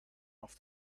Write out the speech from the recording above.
off